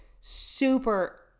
super